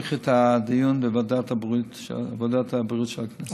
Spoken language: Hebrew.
להמשיך את הדיון בוועדת הבריאות של הכנסת.